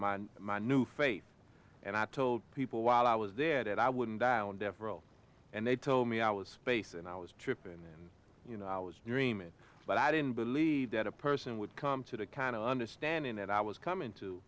my new faith and i told people while i was there that i wouldn't die on death row and they told me i was space and i was tripping you know i was dreaming but i didn't believe that a person would come to the kind of understanding that i was coming to